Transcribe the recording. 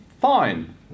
fine